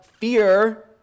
fear